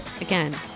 again